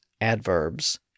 adverbs